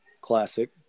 Classic